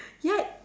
ya